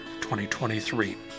2023